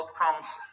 outcomes